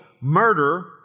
murder